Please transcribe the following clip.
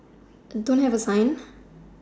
don't have a sign